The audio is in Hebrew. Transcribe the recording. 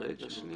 רגע, שנייה.